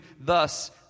thus